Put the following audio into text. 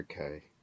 okay